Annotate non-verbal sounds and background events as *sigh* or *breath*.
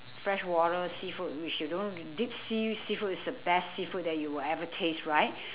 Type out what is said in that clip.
fresh water seafood which you don't deep sea seafood is the best seafood that you will ever taste right *breath*